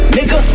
Nigga